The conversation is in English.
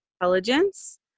intelligence